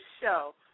show